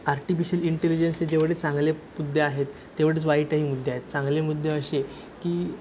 artificial इंटेलिजन्सचे जेवढेच चांगले मुद्दे आहेत तेवढेच वाईटही मुद्दे आहेत चांगले मुद्दे असे की